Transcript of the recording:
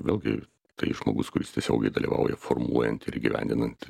vėlgi tai žmogus kuris tiesiogiai dalyvauja formuojant ir įgyvendinant